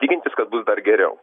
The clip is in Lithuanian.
tikintis kad bus dar geriau